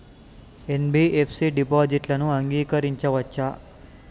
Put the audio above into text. NBFC డిపాజిట్లను అంగీకరించవచ్చా?